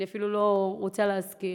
ואני אפילו לא רוצה להזכיר.